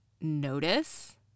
notice